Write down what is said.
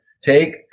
Take